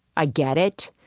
i get it,